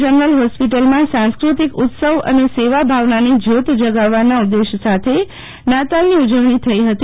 general જ્રેસ્પિટલમાં સાંસ્કૃતિક ઉત્સવ અને સેવા ભાવનાની જ્યોત જગાવવાના ઉદ્દેશ સાથે નાતાલની ઉજવણી થઇ ફતી